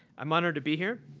i am honored to be here.